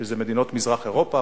שזה מדינות מזרח-אירופה,